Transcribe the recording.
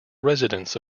residence